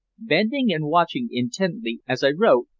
bending and watching intently as i wrote,